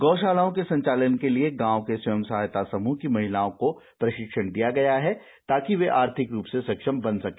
गोषालाओं के संचालन के लिए गांव के स्वयं सहायता समूह की महिलाओं को प्रशिक्षण दिया गया है ताकि वे आर्थिक रूप से सक्षम बन सके